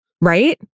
Right